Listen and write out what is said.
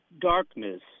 Darkness